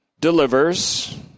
delivers